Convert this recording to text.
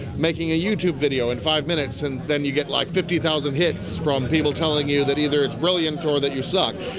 making a youtube video in five minutes, and then you get like fifty thousand hits from people telling you that either it's brilliant or that you suck.